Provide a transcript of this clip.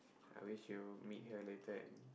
I wish you meet her later and